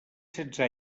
setze